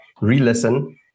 re-listen